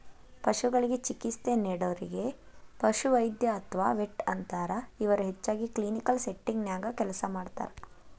ಪಶುಗಳಿಗೆ ಚಿಕಿತ್ಸೆ ನೇಡೋರಿಗೆ ಪಶುವೈದ್ಯ ಅತ್ವಾ ವೆಟ್ ಅಂತಾರ, ಇವರು ಹೆಚ್ಚಾಗಿ ಕ್ಲಿನಿಕಲ್ ಸೆಟ್ಟಿಂಗ್ ನ್ಯಾಗ ಕೆಲಸ ಮಾಡ್ತಾರ